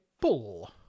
pull